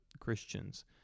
Christians